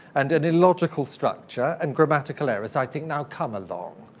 and an illogical structure, and grammatical errors, i'd think, now, come along.